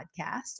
podcast